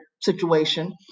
situation